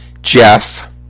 Jeff